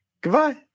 Goodbye